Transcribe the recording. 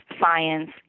science